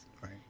Right